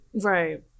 Right